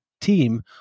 team